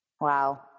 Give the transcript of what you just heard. Wow